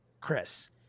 Chris